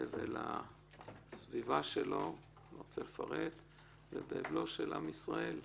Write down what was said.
באבל הסביבה שלו ובאבלו של עם ישראל.